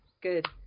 good